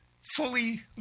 fully